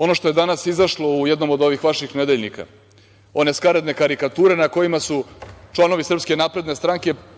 ono što je danas izašlo u jednom od vaših nedeljnika, one skaradne karikature na kojima su članovi SNS